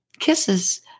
Kisses